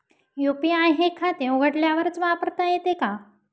UPI हे खाते उघडल्यावरच वापरता येते का?